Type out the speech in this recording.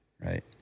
right